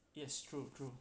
yes true true